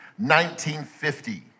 1950